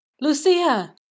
Lucia